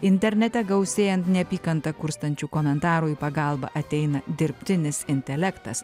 internete gausėjant neapykantą kurstančių komentarų į pagalbą ateina dirbtinis intelektas